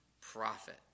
profit